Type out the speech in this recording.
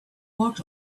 walked